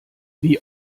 wie